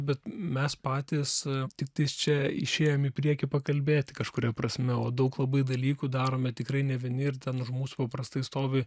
bet mes patys tiktais čia išėjom į priekį pakalbėti kažkuria prasme o daug labai dalykų darome tikrai ne vieni ir ten už mūsų paprastai stovi